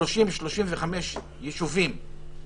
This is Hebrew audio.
30 או 35 יישובים לסגר,